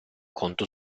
conto